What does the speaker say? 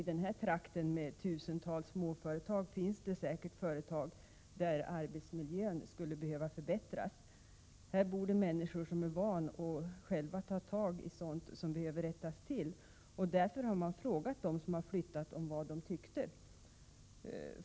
I denna trakt med tusentals småföretag finns det säkert företag där arbetsmiljön skulle behöva förbättras. Här bor människor som är vana att själva ta itu med sådant som behöver rättas till. Därför har man frågat dem som flyttat om deras inställning.